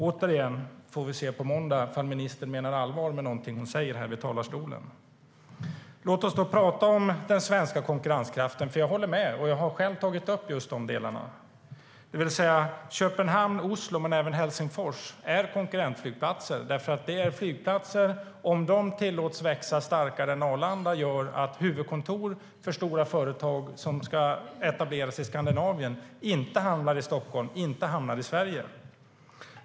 Vi får se på måndag om ministern menar allvar med någonting hon säger här i talarstolen. Låt oss då prata om den svenska konkurrenskraften! Jag håller med, och jag har själv tagit upp just de delarna. Köpenhamn, Oslo och även Helsingfors har konkurrentflygplatser. Om de flygplatserna tillåts växa starkare än Arlanda gör det att huvudkontor för stora företag som ska etablera sig i Skandinavien inte hamnar i Stockholm och inte hamnar i Sverige.